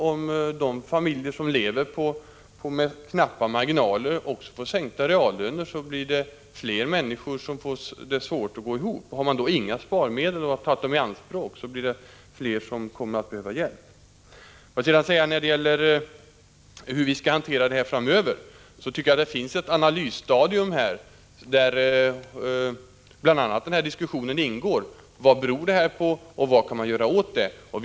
Om de familjer som lever med knappa marginaler också får sänkta reallöner, är det klart att det blir fler människor som får det svårt att gå ihop. Har man då inga sparmedel eller om man redan har tagit dem i anspråk, blir det flera som kommer att behöva hjälp. När det gäller frågan hur man skall hantera det här framöver befinner vi oss på ett analysstadium, där bl.a. diskussionen om orsakerna och vad man kan göra åt dem ingår.